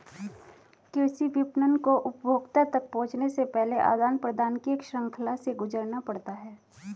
कृषि विपणन को उपभोक्ता तक पहुँचने से पहले आदान प्रदान की एक श्रृंखला से गुजरना पड़ता है